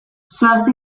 zoazte